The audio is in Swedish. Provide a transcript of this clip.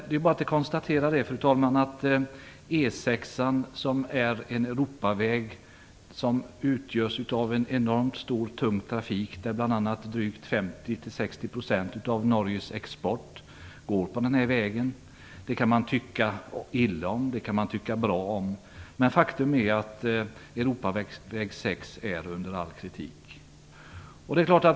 Det är bara att konstatera att E 6 är en Europaväg som utnyttjas av enormt stor och tung trafik, bl.a. går 50-60 % av Norges export på den här vägen. Det kan man tycka illa om, det kan man tycka bra om. Men faktum är att Europaväg 6 är under all kritik.